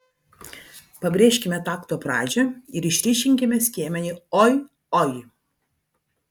pabrėžkime takto pradžią ir išryškinkime skiemenį oi oi